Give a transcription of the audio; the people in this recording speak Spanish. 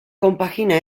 compagina